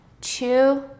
two